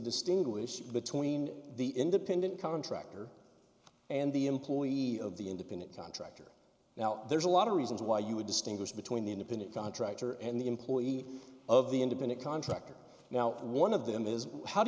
distinguish between the independent contractor and the employee of the independent contractor now there's a lot of reasons why you would distinguish between the independent contractor and the employee of the independent contractor now one of them is how do